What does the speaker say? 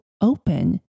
open